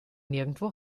nirgendwo